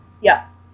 Yes